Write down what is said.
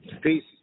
Peace